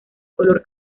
color